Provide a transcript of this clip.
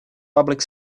public